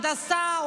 הנדסה,